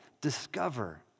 discover